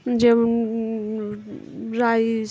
যেমন রাইস